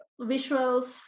visuals